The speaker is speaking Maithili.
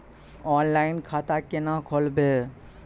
ऑनलाइन खाता केना खोलभैबै?